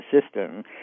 system